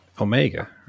Omega